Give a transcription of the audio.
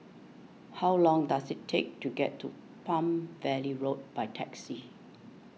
how long does it take to get to Palm Valley Road by taxi